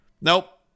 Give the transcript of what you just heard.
nope